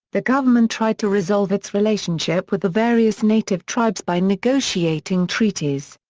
the government tried to resolve its relationship with the various native tribes by negotiating treaties.